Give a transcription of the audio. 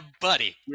buddy